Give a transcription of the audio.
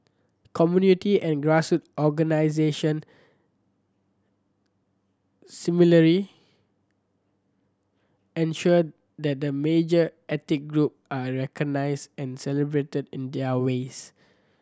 community and grass organisation similarly ensure that the major ethnic group are recognised and celebrated in their ways